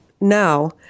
now